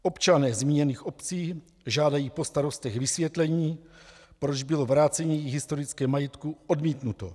Občané zmíněných obcí žádají po starostech vysvětlení, proč bylo vrácení jejich historického majetku odmítnuto.